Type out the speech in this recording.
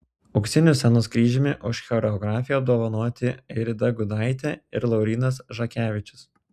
auksiniu scenos kryžiumi už choreografiją apdovanoti airida gudaitė ir laurynas žakevičius